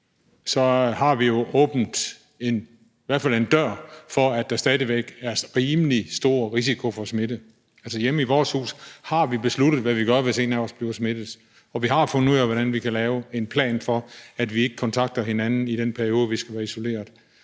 i hvert fald åbnet en dør for, at der stadig væk er rimelig stor risiko for smitte. Altså, hjemme i vores hus har vi besluttet, hvad vi gør, hvis en af os bliver smittet, og vi har fundet ud af, hvordan vi kan lave en plan for, at vi ikke kontakter hinanden i den periode, vi skal være isoleret.